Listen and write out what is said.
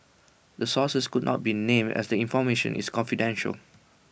the sources could not be named as the information is confidential